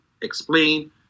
explain